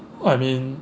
I mean